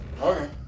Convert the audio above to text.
Okay